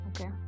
okay